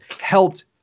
helped